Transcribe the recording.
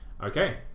Okay